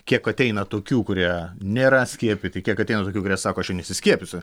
kiek ateina tokių kurie nėra skiepyti kiek ateina tokių kurie sako aš ir nesiskiepysiu